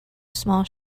small